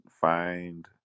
find